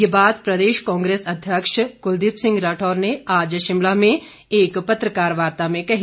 ये बात प्रदेश कांग्रेस अध्यक्ष कुलदीप सिंह राठौर ने आज शिमला में एक पत्रकार वार्ता में कही